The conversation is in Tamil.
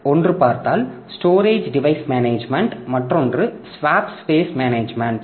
ஒன்று பார்த்தால் ஸ்டோரேஜ் டிவைஸ் மேனேஜ்மென்ட் மற்றொன்று ஸ்வாப்பு ஸ்பேஸ் மேனேஜ்மென்ட்